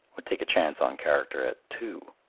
would take a chance on character at two.